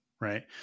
right